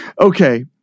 Okay